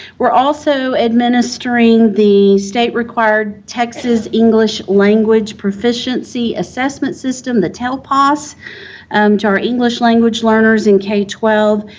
we're also administering the state-required texas english language proficiency assessment system, the telpas, to our english language learners in k twelve,